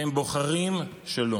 והם בוחרים שלא,